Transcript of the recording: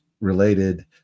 related